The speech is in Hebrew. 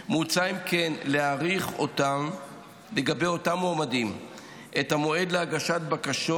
מוצע להאריך לגבי אותם מועמדים את המועד להגשת בקשות